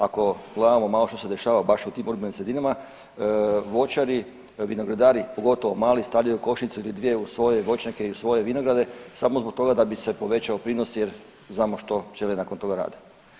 Ako gledamo malo što se dešava baš u tim urbanim sredinama, voćari i vinogradari, pogotovo mali stavljaju košnicu ili dvije u svoje voćnjake i u svoje vinograde samo zbog toga da bi se povećao prinos jer znamo što pčele nakon toga rade.